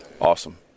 Awesome